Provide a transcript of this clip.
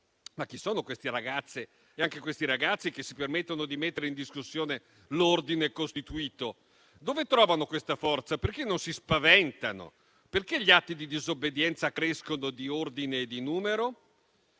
ma chi sono queste ragazze e anche questi ragazzi che si permettono di mettere in discussione l'ordine costituito? Dove trovano la forza? Perché non si spaventano? Perché gli atti di disobbedienza crescono di ordine e di numero?